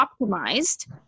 optimized